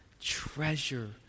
treasure